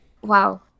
Wow